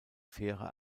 fähre